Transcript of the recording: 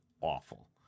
awful